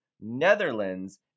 Netherlands